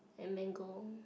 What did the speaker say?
and mango